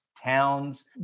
towns